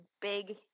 big